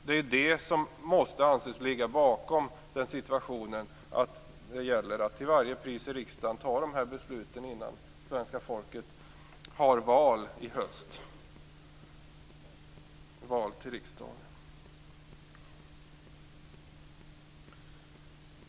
Det är det som måste anses ligga bakom situationen att det till varje pris gäller att i riksdagen fatta de här besluten innan svenska folket har val till riksdagen i höst.